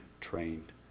trained